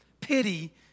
pity